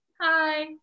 Hi